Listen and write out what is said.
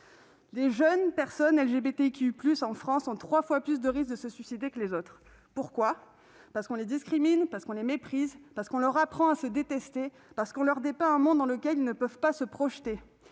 les jeunes personnes LGBTQI+ ont trois fois plus de risques de se suicider que les autres. Pourquoi ? Parce qu'on les discrimine, parce qu'on les méprise, parce qu'on leur apprend à se détester, parce qu'on leur dépeint un monde dans lequel ils ne peuvent se projeter.